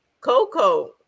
Coco